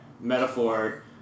metaphor